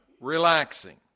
relaxing